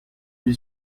lui